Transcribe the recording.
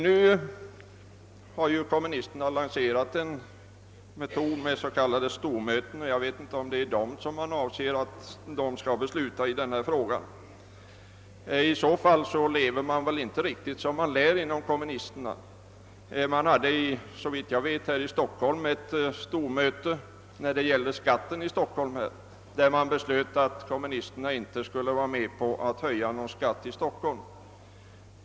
Nu har kommunisterna lanserat metoden med s.k. stormöten, och det är kanske sådana som avses få beslutanderätt i dessa frågor. Men i så fall lever kommunisterna inte riktigt som de lär. Kommunisterna hade här i Stockholm ett stormöte om kommunalskatten. På detta möte beslöts att kommunisterna inte skulle gå med på någon skattehöjning i Stockholm.